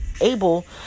able